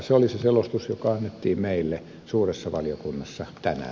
se oli se selostus joka annettiin meille suuressa valiokunnassa tänään